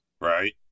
right